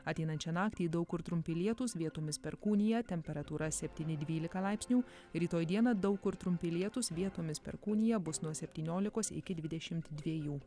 ateinančią naktį daug kur trumpi lietūs vietomis perkūnija temperatūra septyni dvylika laipsnių rytoj dieną daug kur trumpi lietūs vietomis perkūnija bus nuo septyniolikos iki dvidešimt dviejų